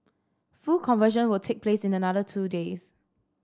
full conversion will take place in another two days